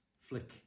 flick